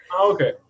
okay